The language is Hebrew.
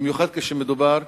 במיוחד כאשר מדובר